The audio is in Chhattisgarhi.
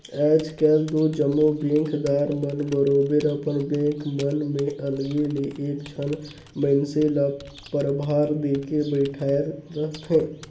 आएज काएल दो जम्मो बेंकदार मन बरोबेर अपन बेंक मन में अलगे ले एक झन मइनसे ल परभार देके बइठाएर रहथे